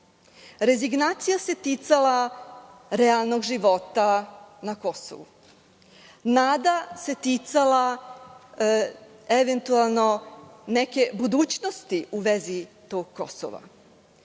Rezignacija se ticala realnog života na Kosovu. Nada se ticala eventualno neke budućnosti u vezi tog Kosova.